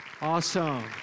Awesome